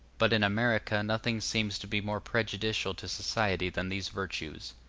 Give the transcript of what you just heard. but in america nothing seems to be more prejudicial to society than these virtues.